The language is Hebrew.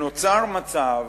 נוצר מצב,